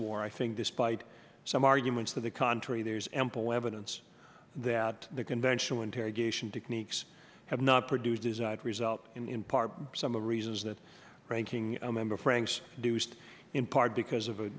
war i think despite some arguments to the contrary there's ample evidence that the conventional interrogation techniques have not produced desired result in part some of the reasons that ranking member franks deuced in part because of